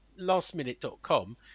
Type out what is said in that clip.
Lastminute.com